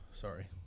Sorry